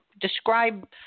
describe